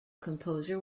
composer